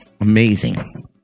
amazing